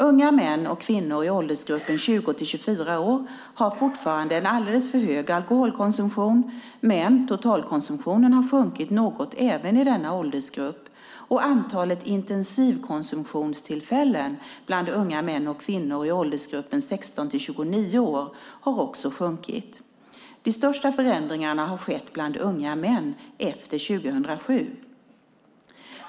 Unga män och kvinnor i åldersgruppen 20-24 år har fortfarande en alldeles för hög alkoholkonsumtion, men totalkonsumtionen har sjunkit något även i denna åldersgrupp, och antalet intensivkonsumtionstillfällen bland unga män och kvinnor i åldersgruppen 16 till 29 år har också sjunkit. De största förändringarna har skett bland unga män efter 2007.